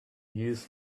use